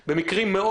"בתיאום"